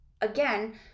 again